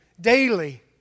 daily